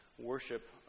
Worship